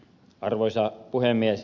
arvoisa puhemies